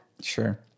sure